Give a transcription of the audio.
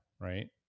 right